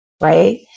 right